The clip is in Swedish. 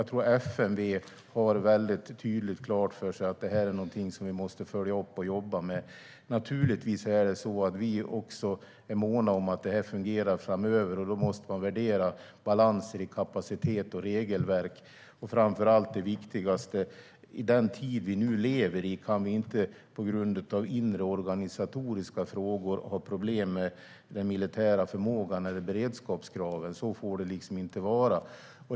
FMV har väldigt tydligt klart för sig att det är någonting vi måste följa upp och jobba med. Vi är naturligtvis också måna om att det fungerar framöver. Då måste man värdera balanser i kapacitet och regelverk. Det viktigaste är framför allt att i den tid vi nu lever i kan vi inte på grund av inre organisatoriska frågor ha problem med den militära förmågan eller beredskapskraven. Så får det inte vara.